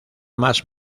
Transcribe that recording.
más